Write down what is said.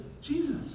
Jesus